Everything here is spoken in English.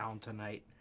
tonight